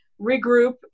regroup